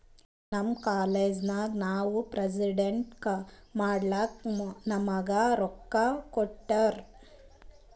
ನಮ್ ಕಾಲೇಜ್ ನಾಗ್ ನಾವು ಪ್ರೊಜೆಕ್ಟ್ ಮಾಡ್ಲಕ್ ನಮುಗಾ ರೊಕ್ಕಾ ಕೋಟ್ಟಿರು